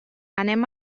anem